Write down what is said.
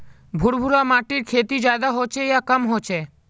भुर भुरा माटिर खेती ज्यादा होचे या कम होचए?